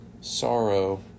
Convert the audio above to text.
sorrow